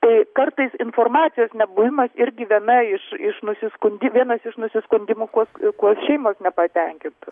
tai kartais informacijos nebuvimas irgi viena iš iš nusiskundi vienas iš nusiskundimų kuo kuo šeimos nepatenkintos